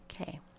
okay